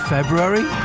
February